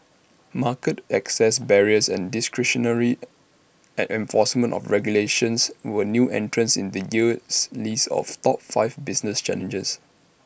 market access barriers and discretionary at enforcement of regulations were new entrants in this year's list of top five business challenges